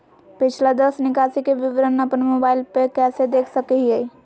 पिछला दस निकासी के विवरण अपन मोबाईल पे कैसे देख सके हियई?